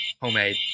homemade